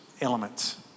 elements